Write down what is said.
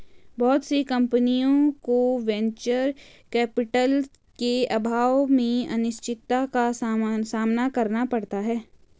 बहुत सी कम्पनियों को वेंचर कैपिटल के अभाव में अनिश्चितता का सामना करना पड़ता है